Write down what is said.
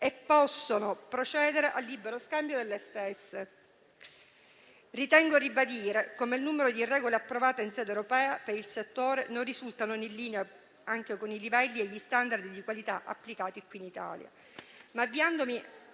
e possono procedere al libero scambio delle stesse. Ritengo si debba ribadire che il numero di regole approvate in sede europea per il settore non risulta in linea anche con i livelli e gli *standard* di qualità applicati in Italia.